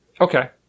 Okay